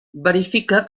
verifica